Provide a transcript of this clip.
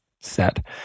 set